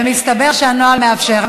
ומסתבר שהנוהל מאפשר.